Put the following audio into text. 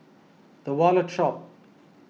the Wallet Shop